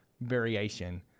variation